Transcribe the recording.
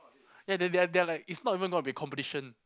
ya they're they're they are like it's not even gonna be a competition